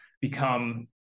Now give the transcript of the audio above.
become